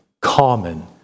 common